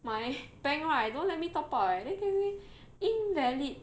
my bank right don't let me top up eh then can see invalid